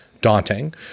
daunting